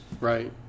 Right